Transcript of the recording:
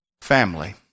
family